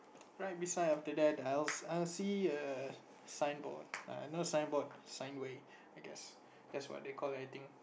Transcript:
right beside after that else I'll see a signboard I know signboard sign ways I guess that's what they call it I think